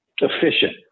efficient